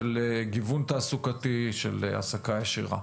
של גיוון תעסוקתי של העסקה ישירה.